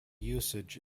usage